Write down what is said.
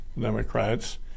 Democrats